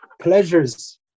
pleasures